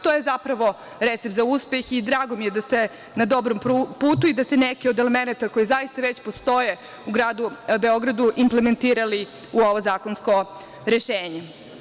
To je zapravo recept za uspeh i drago mi je da ste na dobrom putu i da se neki od elemenata, koji zaista već postoje u gradu Beogradu, implementirali u ovo zakonsko rešenje.